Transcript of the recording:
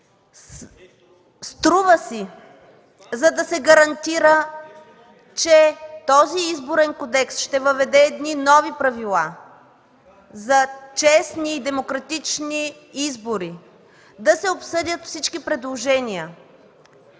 Струва си, за да се гарантира, че този Изборен кодекс ще въведе едни нови правила за честни и демократични избори, да се обсъдят всички предложения.